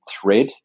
thread